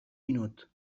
minut